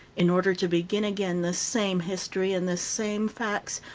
in order to begin again the same history and the same facts,